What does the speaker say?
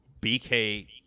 BK